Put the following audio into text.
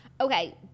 Okay